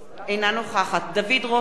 אינה נוכחת דוד רותם,